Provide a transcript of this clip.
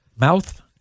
Mouth